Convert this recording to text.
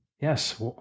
Yes